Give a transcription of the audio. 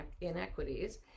inequities